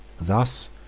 Thus